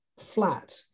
flat